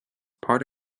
part